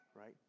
right